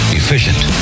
efficient